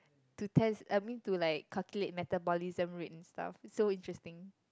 to test I mean to like calculate metabolism rates and stuff it's so interesting